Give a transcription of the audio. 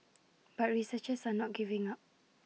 but researchers are not giving up